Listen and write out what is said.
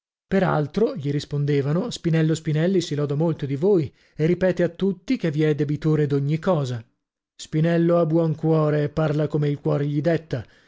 altro gli rispondevano spinello spinelli si loda molto di voi e ripete a tutti che vi è debitore d'ogni cosa spinello ha buon cuore e parla come il cuore gli detta